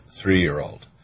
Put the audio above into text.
three-year-old